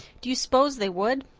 do you s'pose they would?